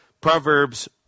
Proverbs